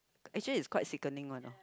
actually it's quite sickening one orh